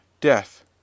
Death